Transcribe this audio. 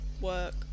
work